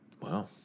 Wow